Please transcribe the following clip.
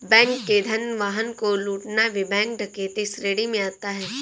bank के धन वाहन को लूटना भी बैंक डकैती श्रेणी में आता है